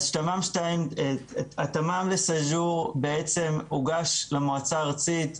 אז, התמ"מ לסאג'ור בעצם הוגש למועצה הארצית,